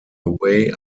away